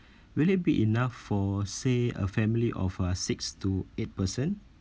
will it be enough for say a family of uh six to eight person